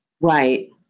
Right